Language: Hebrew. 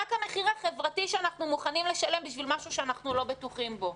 רק המחיר החברתי שאנחנו מוכנים לשלם בשביל משהו שאנחנו לא בטוחים בו.